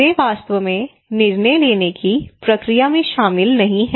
वे वास्तव में निर्णय लेने की प्रक्रिया में शामिल नहीं हैं